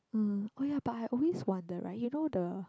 mm oh ya but I always wonder right you know the